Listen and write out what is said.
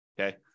Okay